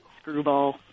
Screwball